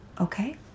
Okay